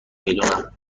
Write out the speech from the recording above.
میدونم